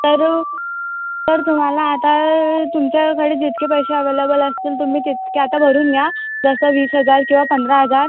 तर तर तुम्हाला आता तुमच्याकडे जितके पैसे अवेलेबल असतील तुम्ही तितके आता भरून घ्या जसं वीस हजार किंवा पंधरा हजार